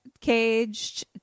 caged